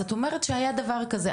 אז את אומרת שהיה דבר כזה,